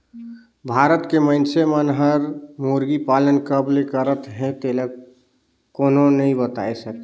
भारत के मइनसे मन हर मुरगी पालन कब ले करत हे तेला कोनो नइ बताय सके